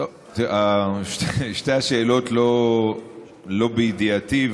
שתי השאלות לא בידיעתי.